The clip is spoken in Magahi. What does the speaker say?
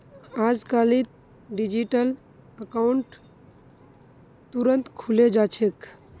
अजकालित डिजिटल अकाउंट तुरंत खुले जा छेक